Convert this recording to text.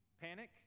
panic